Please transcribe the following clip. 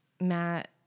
Matt